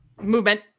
movement